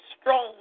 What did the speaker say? strong